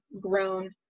grown